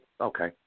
Okay